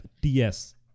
DS